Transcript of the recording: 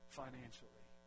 financially